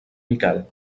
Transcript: miquel